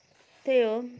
त्यही हो